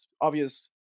obvious